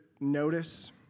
notice